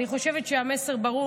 אני חושבת שהמסר ברור.